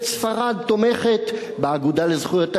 ספרד תומכת ב"אגודה לזכויות האזרח",